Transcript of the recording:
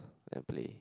and play